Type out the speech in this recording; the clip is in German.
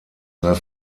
sei